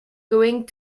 going